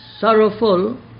sorrowful